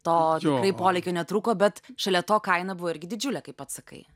to polėkio netrūko bet šalia to kaina buvo irgi didžiulė kaip pats sakai